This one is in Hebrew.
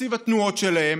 מתקציב התנועות שלהם,